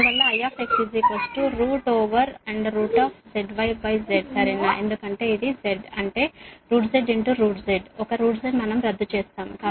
అందువల్ల I root overzy z సరేనా ఎందుకంటే ఇది z అంటే z z ఒక z మనం రద్దు చేస్తాము